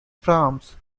farms